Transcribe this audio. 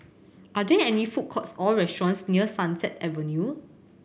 are there any food courts or restaurants near Sunset Avenue